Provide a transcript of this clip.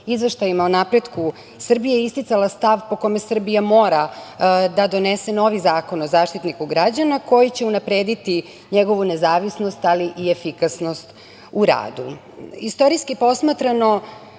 izveštajima o napretku Srbije, isticala stav po kome Srbija mora da donese novi zakon o Zaštitniku građana, koji će unaprediti njegovu nezavisnost, ali i efikasnost u radu. Istorijski posmatrano